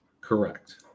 Correct